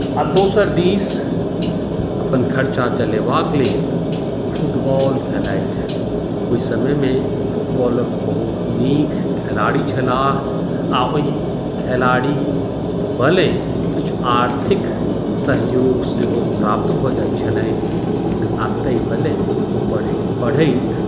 आ दोसर दिश अपन खर्चा चलेबाक लेल फुटबॉल खेलथि ओहि समयमे फुटबॉलक बहुत नीक खेलाड़ी छलाह आ ओहि खेलाड़ीक बले किछु आर्थिक सहयोग सेहो प्राप्त भऽ जाइत छलनि आ ताहि बले ओ पढ़थि